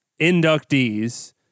inductees